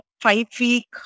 five-week